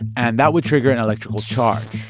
and that would trigger an electrical charge.